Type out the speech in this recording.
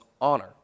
honor